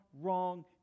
wrong